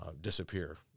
disappear